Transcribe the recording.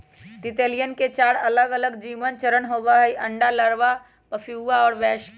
तितलियवन के चार अलगअलग जीवन चरण होबा हई अंडा, लार्वा, प्यूपा और वयस्क